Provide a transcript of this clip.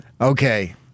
Okay